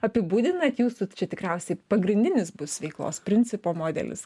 apibūdinat jūsų čia tikriausiai pagrindinis bus veiklos principo modelis